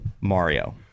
Mario